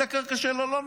את הקרקע שלו לא נותן,